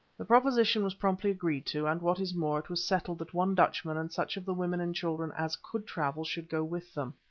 the proposition was promptly agreed to, and, what is more, it was settled that one dutchman and such of the women and children as could travel should go with them.